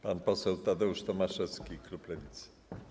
Pan poseł Tadeusz Tomaszewski, klub Lewicy.